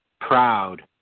proud